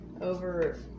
over